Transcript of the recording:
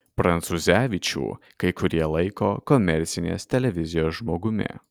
prancūzevičių kai kurie laiko komercinės televizijos žmogumi